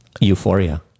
Euphoria